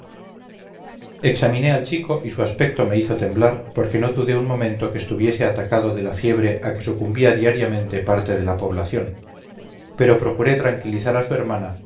examiné al chico y su aspecto me hizo temblar porque no dudé un momento que estuviese atacado de la fiebre a que sucumbía diariamente parte de la población pero procuré tranquilizar a su hermana